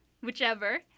Whichever